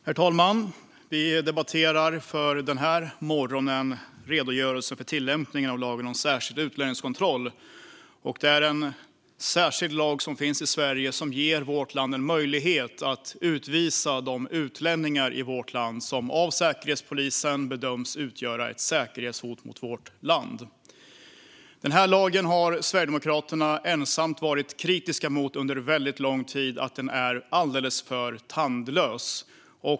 Herr talman! Vi debatterar denna morgon redogörelsen för tillämpningen av lagen om särskild utlänningskontroll. Det är en särskild lag som finns i Sverige som ger vårt land en möjlighet att utvisa de utlänningar som av Säkerhetspolisen bedöms utgöra ett säkerhetshot mot vårt land. Denna lag har Sverigedemokraterna ensamma varit kritiska mot under väldigt lång tid. Den är alldeles för tandlös.